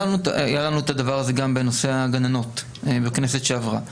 היה לנו את הדבר הזה גם בנושא הגננות בכנסת שעברה.